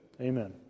Amen